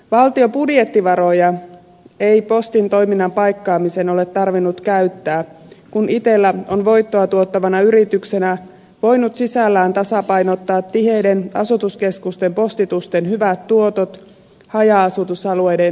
valtion budjettivaroja ei postin toiminnan paikkaamiseen ole tarvinnut käyttää kun itella on voittoa tuottavana yrityksenä voinut sisällään tasapainottaa tiheiden asutuskeskusten postitusten hyvät tuotot haja asutusalueiden miinusmerkkiseen tulokseen